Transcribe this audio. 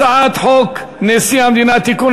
הצעת חוק-יסוד: נשיא המדינה (תיקון,